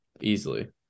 easily